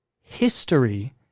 History